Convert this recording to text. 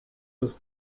was